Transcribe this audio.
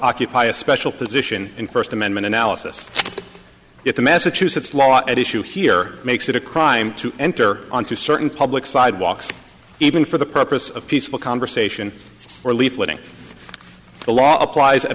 occupy a special position in first amendment analysis if the massachusetts law at issue here makes it a crime to enter onto certain public sidewalks even for the purpose of peaceful conversation or leafleting the law applies at